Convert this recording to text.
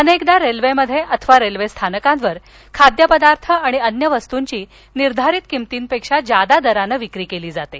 अनेकदा रेल्वेमध्ये अथवा रेल्वे स्थानकावर खाद्यपदार्थ आणि अन्य वस्तूंची निर्धारित किमतींपेक्षा जादा दरानं विक्री केली जाते